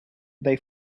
they